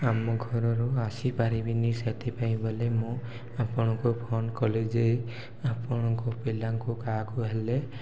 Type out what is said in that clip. ଆମ ଘରରୁ ଆସିପାରିବିନି ସେଥିପାଇଁ ବୋଲେ ମୁଁ ଆପଣଙ୍କୁ ଫୋନ୍ କଲି ଯେ ଆପଣଙ୍କ ପିଲାଙ୍କୁ କାହାକୁ ହେଲେ